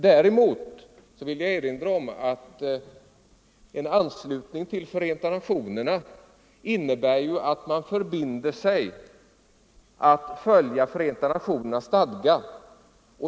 Däremot vill jag erinra om att en anslutning till Förenta nationerna innebär en förbindelse att följa Förenta nationernas stadga.